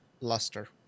Luster